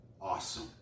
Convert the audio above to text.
Awesome